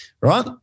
Right